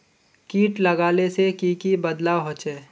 किट लगाले से की की बदलाव होचए?